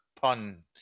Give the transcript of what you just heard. pun